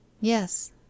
Yes